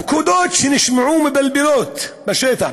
הפקודות, שנשמעו מבלבלות בשטח,